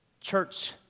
Church